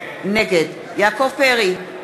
נגד יעקב פרי,